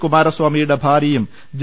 കുമാരസ്വാമി യുടെ ഭാര്യയും ജെ